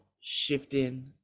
shifting